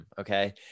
okay